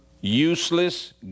useless